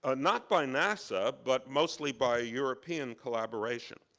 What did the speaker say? ah not by nasa, but mostly by european collaboration.